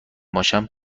باشم